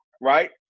right